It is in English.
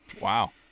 Wow